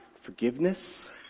Forgiveness